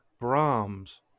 Brahms